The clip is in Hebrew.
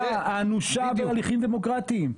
הפגיעה האנושה בהליכים דמוקרטיים,